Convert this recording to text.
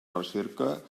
recerca